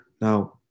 now